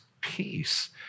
peace